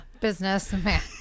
businessman